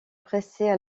pressaient